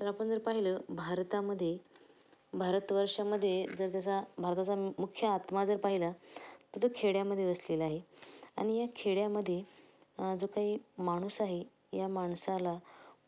तर आपण जर पाहिलं भारतामध्ये भारतवर्षामधे जसजसा भारताचा मुख्य आत्मा जर पाहिला तर तो खेड्यामध्ये वसलेला आहे आणि या खेड्यामध्ये जो काही माणूस आहे या माणसाला